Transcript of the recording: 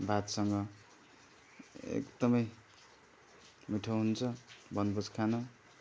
भातसँग एकदमै मिठो हुन्छ बनभोज खान